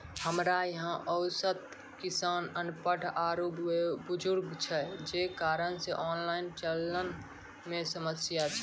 हमरा यहाँ औसत किसान अनपढ़ आरु बुजुर्ग छै जे कारण से ऑनलाइन चलन मे समस्या छै?